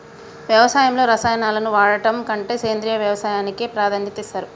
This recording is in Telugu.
వ్యవసాయంలో రసాయనాలను వాడడం కంటే సేంద్రియ వ్యవసాయానికే ప్రాధాన్యత ఇస్తరు